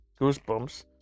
Goosebumps